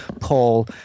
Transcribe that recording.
Paul